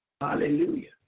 Hallelujah